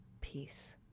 peace